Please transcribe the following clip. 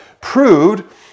proved